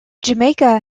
jamaica